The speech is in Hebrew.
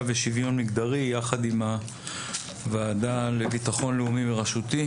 ושוויון מגדרי יחד עם הוועדה לביטחון לאומי בראשותי.